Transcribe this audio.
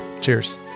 Cheers